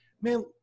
man